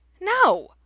No